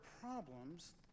problems